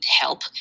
help